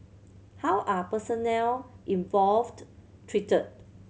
how are personnel involved treated